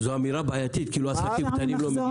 זו אמירה בעייתית, כאילו עסקים קטנים לא מגישים.